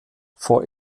for